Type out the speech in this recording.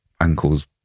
ankles